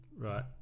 Right